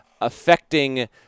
affecting